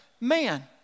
man